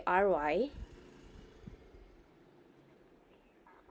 R Y